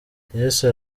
yesu